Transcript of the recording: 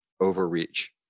overreach